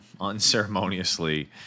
unceremoniously